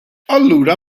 allura